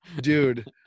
dude